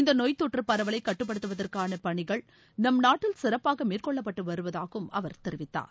இந்தநோய்த்தொற்றுபரவலைகட்டுப்படுத்துவதற்கானபணிகள் நி நாட்டில் சிறப்பாகமேற்கொள்ளப்பட்டுவருவதாகவும் அவர் தெரிவித்தார்